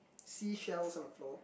seashell on the floor